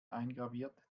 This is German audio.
eingraviert